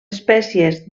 espècies